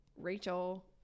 Rachel